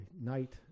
night